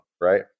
right